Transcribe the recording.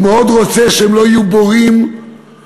הוא מאוד רוצה שהם לא יהיו בורים ועניים.